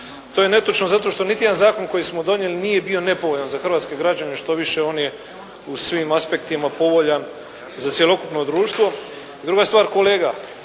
To je netočno zato što niti jedan zakon koji smo donijeli nije bio nepovoljan za hrvatske građane, štoviše on je u svim aspektima povoljan za cjelokupno društvo. Druga stvar, kolega